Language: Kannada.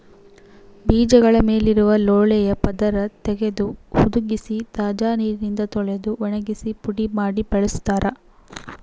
ಬೀಜಗಳ ಮೇಲಿರುವ ಲೋಳೆಯ ಪದರ ತೆಗೆದು ಹುದುಗಿಸಿ ತಾಜಾ ನೀರಿನಿಂದ ತೊಳೆದು ಒಣಗಿಸಿ ಪುಡಿ ಮಾಡಿ ಬಳಸ್ತಾರ